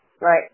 Right